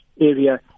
area